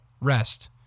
rest